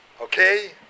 Okay